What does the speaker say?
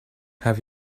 have